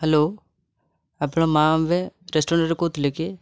hello ଆପଣ ମାଆ ଅମ୍ବେ ରେଷ୍ଟୁରାଣ୍ଟରୁ କହୁଥିଲେ କି